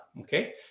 Okay